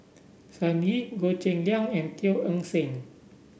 Sun Yee Goh Cheng Liang and Teo Eng Seng